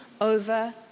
over